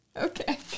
okay